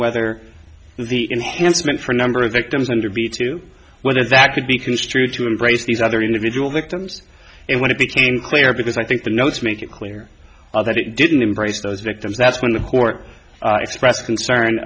whether the enhanced meant for number of victims under b to whether that could be construed to embrace these other individual victims and when it became clear because i think the notes make it clear that it didn't embrace those victims that's when the court expressed concern